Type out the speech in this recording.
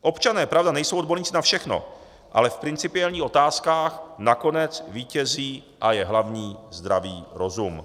Občané, pravda, nejsou odborníci na všechno, ale v principiálních otázkách nakonec vítězí a je hlavní zdravý rozum.